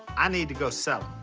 i need to go sell